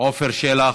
עפר שלח,